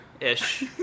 ish